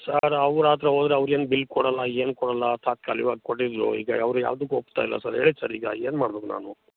sir ಅವ್ರ ಹತ್ತಿರ ಹೋದರೆ ಅವ್ರು ಏನು ಬಿಲ್ ಕೊಡೊಲ್ಲ ಏನು ಕೊಡೊಲ್ಲ ತಾತ್ಕಾಲಿವಾಗಿ ಕೊಟ್ಟಿದ್ದರು ಈಗ ಅವ್ರು ಯಾವುದಕ್ಕು ಒಪ್ತಾ ಇಲ್ಲ ಸರ್ ಹೇಳಿ ಸರ್ ಈಗ ಏನು ಮಾಡ್ಬಕು ನಾನು